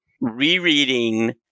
rereading